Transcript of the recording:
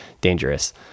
dangerous